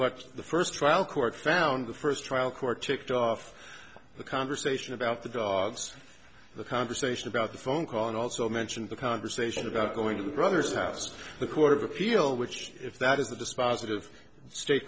works the first trial court found the first trial court ticked off the conversation about the dogs the conversation about the phone call and also mentioned the conversation about going to the brother's house the court of appeal which if that is the dispositive state